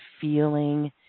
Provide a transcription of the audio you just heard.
feeling